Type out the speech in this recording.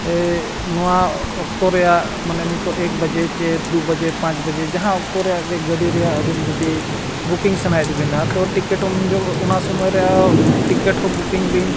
ᱱᱚᱣᱟ ᱚᱠᱛᱚ ᱨᱮᱭᱟᱜ ᱢᱟᱱᱮ ᱱᱤᱛᱚᱜ ᱮᱠ ᱵᱟᱡᱮ ᱥᱮ ᱫᱩ ᱵᱟᱡᱮ ᱯᱟᱸᱪ ᱵᱟᱡᱮ ᱡᱟᱦᱟᱸ ᱚᱠᱛᱚ ᱨᱮᱭᱟᱜ ᱜᱮ ᱜᱟᱹᱰᱤ ᱨᱮᱭᱟᱜ ᱟᱵᱤᱱ ᱡᱩᱫᱤ ᱵᱩᱠᱤᱝ ᱥᱟᱱᱟᱭᱮᱫ ᱵᱤᱱᱟ ᱛᱚ ᱴᱤᱠᱮᱴ ᱚᱱᱟ ᱥᱚᱢᱚᱭ ᱨᱮ ᱴᱤᱠᱮᱴ ᱦᱚᱸ ᱵᱩᱠᱤᱝ ᱵᱤᱱ